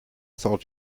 thought